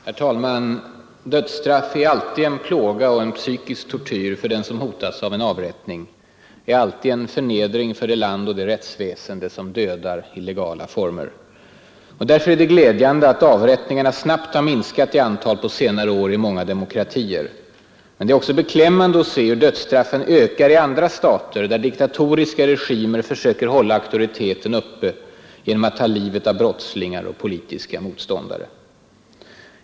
Herr talman! Dödsstraff är alltid en plåga och en psykisk tortyr för den som hotas av en avrättning, är alltid en förnedring för det land och det rättsväsende som dödar i legala former. Därför är det glädjande att avrättningarna snabbt har minskat i antal på senare år i många demokratier. Men det är också beklämmande att se hur dödsstraffen ökar i andra stater där diktatoriska regimer försöker hålla auktoriteten uppe genom att ta livet av brottslingar och politiska motståndare.